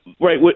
right